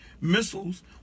missiles